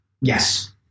Yes